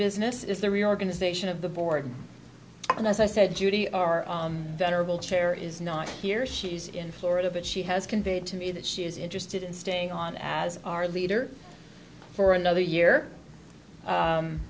business is the reorganization of the board and as i said judy our venerable chair is not here she's in florida but she has conveyed to me that she is interested in staying on as our leader for another year